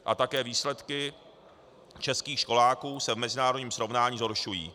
A také výsledky českých školáků se mezinárodním srovnání zhoršují.